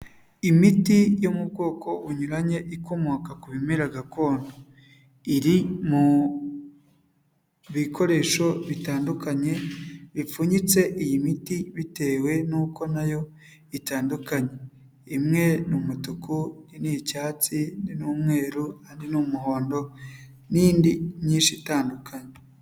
Imiti yo mu bwoko bunyuranye ikomoka ku bimera gakondo, iri mu bikoresho bitandukanye bipfunyitse iyi miti bitewe n'uko nayo itandukanye, imwe ni umutuku, indi ni icyatsi, indi ni umweru, ahandi ni umuhondo n'indi myinshi itandukanye.